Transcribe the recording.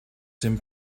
dem